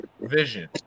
Vision